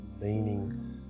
meaning